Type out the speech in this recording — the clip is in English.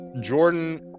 Jordan